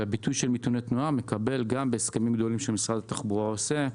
והביטוי של נתוני תנועה מקבל גם בהסכמים גדולים שמשרד התחבורה עושה,